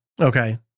Okay